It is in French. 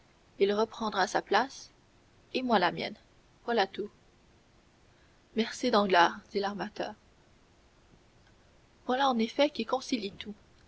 il reprendra sa place et moi la mienne voilà tout merci danglars dit l'armateur voilà en effet qui concilie tout